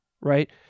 right